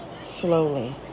slowly